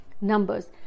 numbers